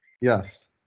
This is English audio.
Yes